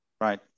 Right